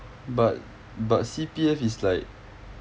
but but C_P_F is like